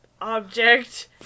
object